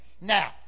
now